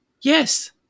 Yes